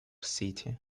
city